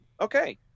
okay